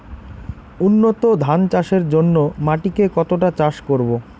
উন্নত ধান চাষের জন্য মাটিকে কতটা চাষ করব?